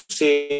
say